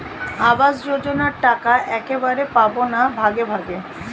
আবাস যোজনা টাকা একবারে পাব না ভাগে ভাগে?